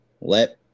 Let